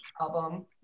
album